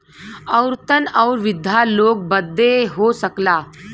औरतन आउर वृद्धा लोग बदे हो सकला